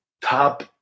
top